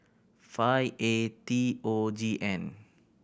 five A T O G N